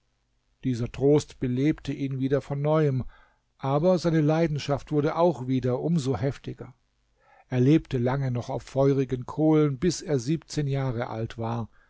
dieser trost belebte ihn wieder von neuem aber seine leidenschaft wurde auch wieder um so heftiger er lebte lange noch auf feurigen kohlen bis er siebzehn jahre alt war